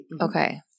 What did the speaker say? okay